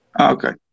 Okay